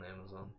Amazon